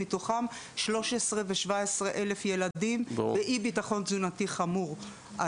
מתוכם 13 ו- 17 אלף ילדים באי ביטחון תזונתי חמור,